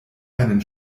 einen